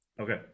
Okay